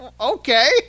okay